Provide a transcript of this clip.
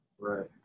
right